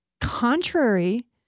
contrary